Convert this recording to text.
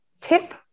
tip